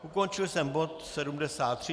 Ukončil jsem bod 73.